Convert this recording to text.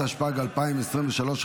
התשפ"ג 2023,